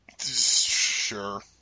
Sure